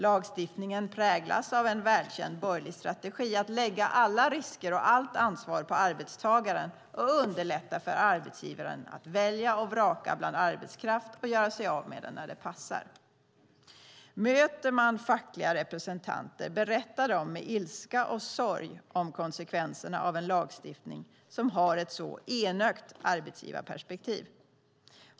Lagstiftningen präglas av en välkänd borgerlig strategi, att lägga alla risker och allt ansvar på arbetstagaren och underlätta för arbetsgivaren att välja och vraka bland arbetskraft och göra sig av med den när det passar. När man möter fackliga representerar berättar de med ilska och sorg om konsekvenserna av en lagstiftning som har ett så enögt arbetsgivarperspektiv.